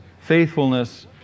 faithfulness